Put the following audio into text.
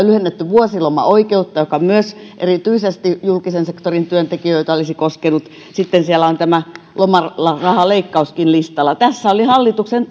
lyhennetty vuosilomaoikeutta mikä myös erityisesti julkisen sektorin työntekijöitä olisi koskenut sitten siellä on tämä lomarahaleikkauskin listalla tässä oli hallituksen